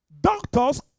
doctors